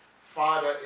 Father